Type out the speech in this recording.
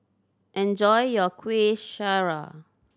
enjoy your Kuih Syara